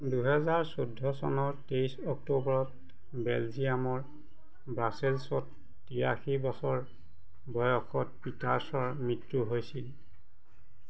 দুহেজাৰ চৈধ্য চনৰ তেইছ অক্টোবৰত বেলজিয়ামৰ ব্ৰাছেলছত তিৰাশী বছৰ বয়সত পিটাৰ্ছৰ মৃত্যু হৈছিল